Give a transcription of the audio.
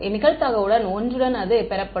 நிகழ்தகவுடன் ஒன்றுடன் அது பெறப்படும்